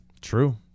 True